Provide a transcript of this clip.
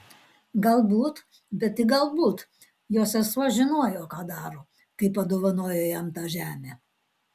galbūt bet tik galbūt jo sesuo žinojo ką daro kai padovanojo jam tą žemę